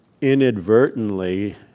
inadvertently